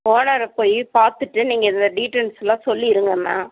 ஓனரைப் போய் பார்த்துட்டு நீங்கள் இந்த டீடைல்ஸ் எல்லாம் சொல்லிருங்கம்மா